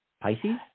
Pisces